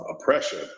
oppression